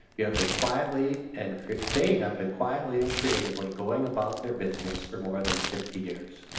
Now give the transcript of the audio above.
we have been quietly and they have been quietly and creatively going about their business for more than fifty years.